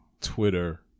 Twitter